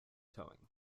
towing